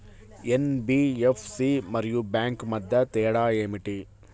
NBFC మరియు bank మధ్య తేడా ఏమిటీ?